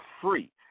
Free